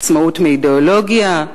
עצמאות מאידיאולוגיה?